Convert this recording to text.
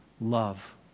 love